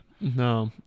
No